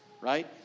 right